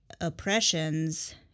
oppressions